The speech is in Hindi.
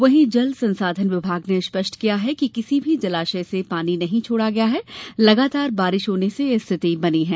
वहीं जलसंसाधन विभाग ने स्पष्ट किया है कि किसी भी जलाशय से पानी नहीं छोड़ा गया है लगातार बारिश होने से यह स्थिति बनी है